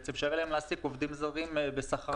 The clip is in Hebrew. אפשר להעסיק עובדים זרים בשכר נמוך.